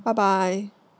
bye bye